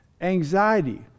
anxiety